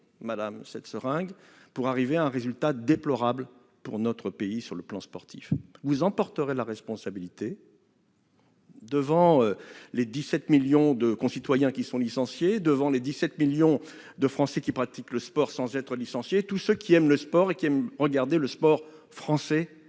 madame la ministre, jusqu'à atteindre un résultat déplorable pour notre pays sur le plan sportif. Vous en porterez la responsabilité devant les 17 millions de nos concitoyens licenciés, les 17 millions de Français qui pratiquent un sport sans être licenciés, tous ceux qui aiment le sport et qui aiment regarder le sport français